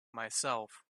myself